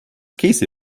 käse